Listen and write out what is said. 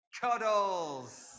Cuddles